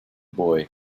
boy